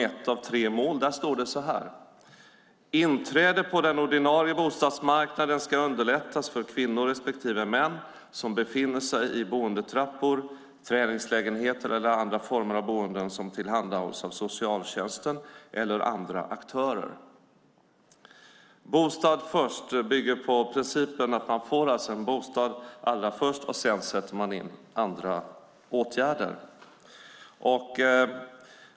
Där sägs att inträde på den ordinarie bostadsmarknaden ska underlättas för kvinnor respektive män som befinner sig i boendetrappor, träningslägenheter eller andra former av boenden som tillhandhålls av socialtjänsten eller andra aktörer. Bostad först bygger på principen att man allra först får en bostad, och därefter sätter man in andra åtgärder.